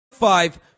five